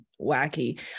wacky